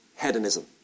hedonism